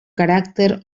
caràcter